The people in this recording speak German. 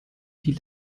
hielt